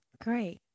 Great